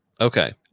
Okay